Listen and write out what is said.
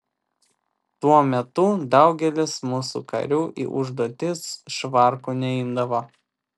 tuo metu daugelis mūsų karių į užduotis švarkų neimdavo